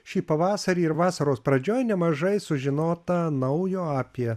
šį pavasarį ir vasaros pradžioj nemažai sužinota naujo apie